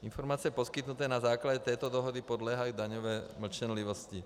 Informace poskytnuté na základě této dohody podléhají daňové mlčenlivosti.